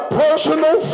personal